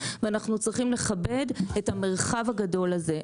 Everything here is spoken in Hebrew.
ואנחנו צריכים לכבד את המרחב הגדול הזה.